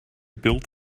build